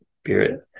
spirit